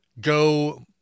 go